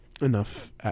enough